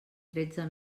tretze